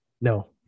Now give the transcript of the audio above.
No